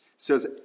says